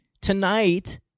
tonight